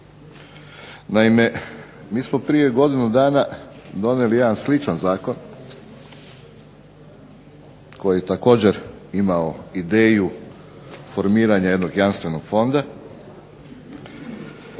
Naime mi smo prije godinu dana donijeli jedan sličan zakon koji je također imao ideju formiranja jednog jamstvenog fonda,